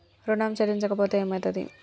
ఋణం చెల్లించకపోతే ఏమయితది?